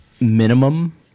minimum